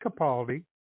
Capaldi